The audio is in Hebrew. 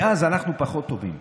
מאז אנחנו פחות טובים.